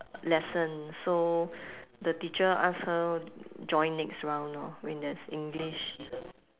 lesson so the teacher ask her join next round orh when there's english